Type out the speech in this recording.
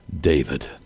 David